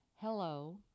Hello